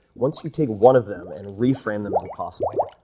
once you take one of them and reframe them as a possible.